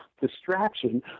distraction